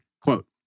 Quote